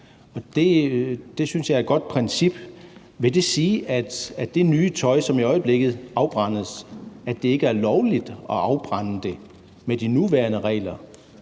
jeg er et godt princip. Vil det sige, at det nye tøj, som i øjeblikket afbrændes, ikke er lovligt at afbrænde med de nuværende regler,